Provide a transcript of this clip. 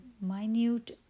minute